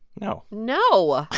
no no ah